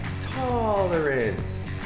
Tolerance